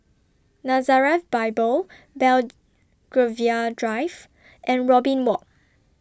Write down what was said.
Nazareth Bible Bell Drive and Robin Walk